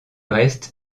reste